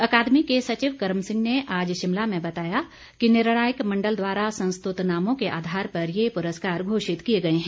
अकादमी के सचिव कर्म सिंह ने आज शिमला में बताया कि निर्णायक मंडल द्वारा संस्तुत नामों के आधार पर ये पुरस्कार घोषित किए गए हैं